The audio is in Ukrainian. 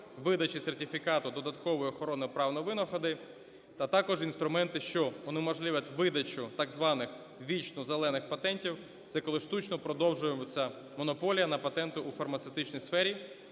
видачі сертифікату додаткової охорони прав на винаходи та також інструменти, що унеможливлять видачу так званих вічнозелених патентів, це коли штучно продовжується монополія на патенти у фармацевтичній сфері